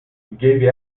gave